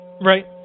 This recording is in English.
Right